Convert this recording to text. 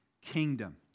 kingdom